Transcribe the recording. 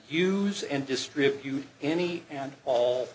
use and distribute any and all